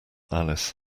alice